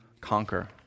conquer